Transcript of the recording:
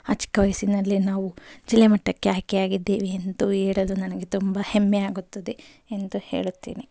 ಆ ಚಿಕ್ಕ ವಯಸ್ಸಿನಲ್ಲಿ ನಾವು ಜಿಲ್ಲೆ ಮಟ್ಟಕ್ಕೆ ಆಯ್ಕೆಯಾಗಿದ್ದೇವೆ ಎಂದು ಹೇಳಲು ನನಗೆ ತುಂಬ ಹೆಮ್ಮೆ ಆಗುತ್ತದೆ ಎಂದು ಹೇಳುತ್ತೀನಿ